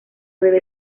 debe